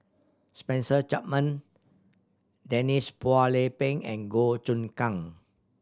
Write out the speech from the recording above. Spencer Chapman Denise Phua Lay Peng and Goh Choon Kang